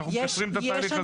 שאנחנו מקצרים את התהליך הזה.